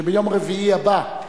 שביום רביעי הבא,